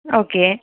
okay